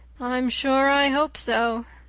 i'm sure i hope so,